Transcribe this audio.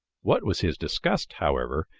what was his disgust, however,